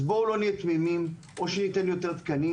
אז בואו לא נהיה תמימים או שניתן עוד תקנים,